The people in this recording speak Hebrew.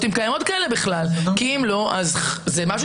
כשהתגבשו